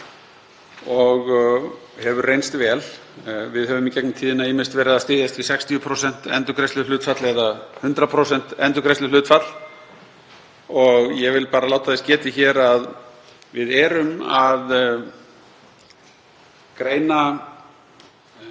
og hefur reynst vel. Við höfum í gegnum tíðina ýmist verið að styðjast við 60% endurgreiðsluhlutfall eða 100% endurgreiðsluhlutfall og ég vil bara láta þess getið hér að við erum að greina